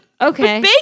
Okay